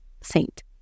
saint